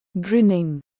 Grinning